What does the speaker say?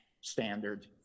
standard